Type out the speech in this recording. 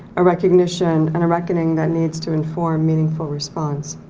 a recognition and a reckoning that needs to inform meaningful response.